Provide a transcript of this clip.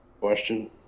question